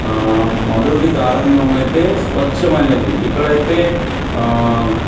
మొదటి కారణమైతే స్వచ్ఛమైనది ఇక్కడైతే